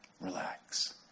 relax